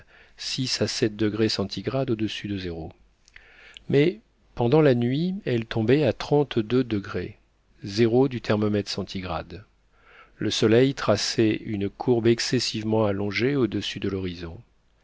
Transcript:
mais pendant la nuit elle tombait à trente-deux degrés zéro du thermomètre centigrade le soleil traçait une courbe excessivement allongée au-dessus de l'horizon